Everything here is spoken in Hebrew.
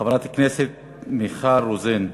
חברת הכנסת מיכל רוזין.